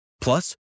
plus